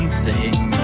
sing